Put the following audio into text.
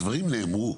הדברים נאמרו.